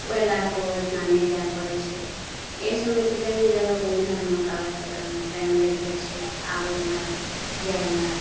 ओहि लैके ओहिठाम नहि जाएले पड़ै छै एहि सबमे छै जमीन जगहके उलझनमे कागज पत्तरमे टाइम लागि जाइ छै आबैमे जाएमे